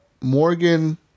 Morgan